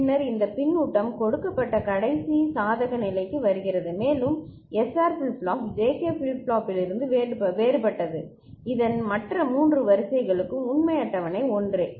பின்னர் இந்த பின்னூட்டம் கொடுக்கப்பட்ட கடைசி சாதக நிலைக்கு வருகிறது மேலும் SR flip flop JK flip ஃப்ளாப்பிலிருந்து வேறுபட்டது இதன் மற்ற மூன்று வரிசை களுக்கும் உண்மை அட்டவணை ஒன்றே